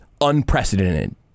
unprecedented